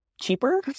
cheaper